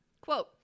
Quote